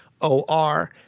O-R